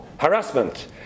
Harassment